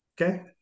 Okay